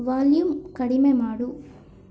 volume ಕಡಿಮೆ ಮಾಡು